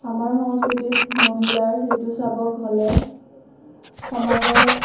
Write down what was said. আমাৰ সংস্কৃতিত মহিলাৰ ঋতুস্ৰাৱক হ'লে সমাজৰ